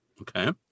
okay